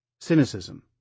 Cynicism